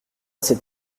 cet